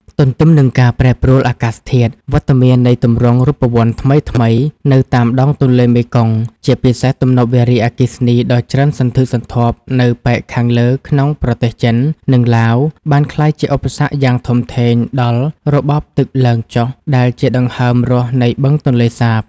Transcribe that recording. ទន្ទឹមនឹងការប្រែប្រួលអាកាសធាតុ វត្តមាននៃទម្រង់រូបវន្តថ្មីៗនៅតាមដងទន្លេមេគង្គ ជាពិសេសទំនប់វារីអគ្គិសនីដ៏ច្រើនសន្ធឹកសន្ធាប់នៅប៉ែកខាងលើក្នុងប្រទេសចិន និងឡាវ បានក្លាយជាឧបសគ្គយ៉ាងធំធេងដល់ របបទឹកឡើង-ចុះ ដែលជាដង្ហើមរស់នៃបឹងទន្លេសាប។